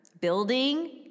building